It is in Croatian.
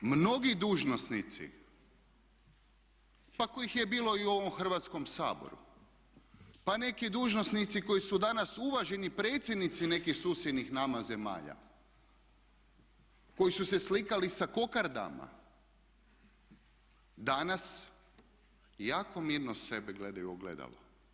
Mnogi dužnosnici pa kojih je bilo i u ovom Hrvatskom saboru, pa neki dužnosnici koji su danas uvaženi predsjednici nekih susjednih nama zemalja koji su se slikali sa kokardama danas jako mirno sebe gledaju u ogledalo.